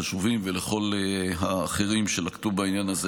ולכל האחרים שלקחו חלק בעניין הזה.